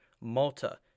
Malta